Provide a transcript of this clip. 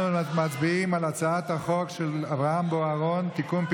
אנחנו מצביעים על הצעת החוק של אביחי אברהם בוארון (תיקון,